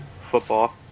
football